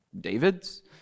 David's